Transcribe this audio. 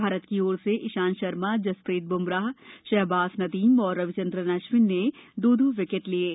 भारत की ओर से इशांत शर्माजसप्रीत ब्मराशाहबाज़ नदीम और रविचंद्रन अश्विन ने दो दो विकेट लिए हैं